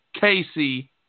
Casey